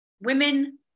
women